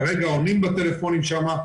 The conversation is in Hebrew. כרגע עונים בטלפונים שם,